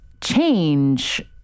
change